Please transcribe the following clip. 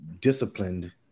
disciplined